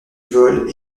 vole